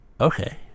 okay